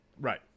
Right